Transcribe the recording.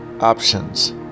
options